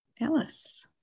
alice